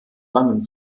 langem